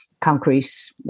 concrete